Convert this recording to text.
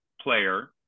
player